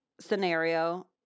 scenario